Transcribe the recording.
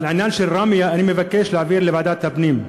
אבל את העניין של ראמיה אני מבקש להעביר לוועדת הפנים.